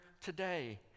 today